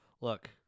Look